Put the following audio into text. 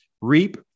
REAP